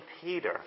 Peter